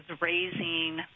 raising